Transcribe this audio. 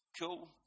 cool